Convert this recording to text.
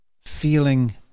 Feeling